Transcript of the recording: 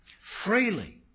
freely